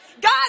God